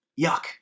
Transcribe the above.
Yuck